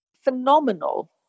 phenomenal